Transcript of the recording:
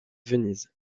venise